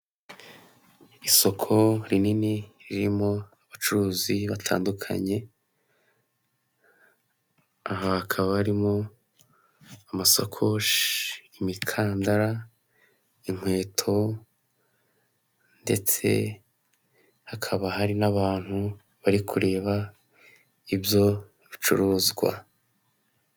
Isoko rinini ririmo abacuruzi batandukanye, aha hakaba harimo amasoko imikandara, inkweto, ndetse hakaba hari n'abantu bari kureba ibyo bicuruzwa.